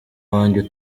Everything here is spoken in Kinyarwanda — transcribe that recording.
wanjye